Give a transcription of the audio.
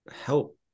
help